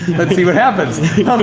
let's see but happens